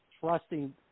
trusting